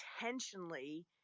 intentionally